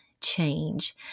change